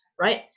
Right